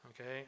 Okay